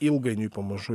ilgainiui pamažu